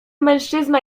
mężczyzna